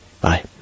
Bye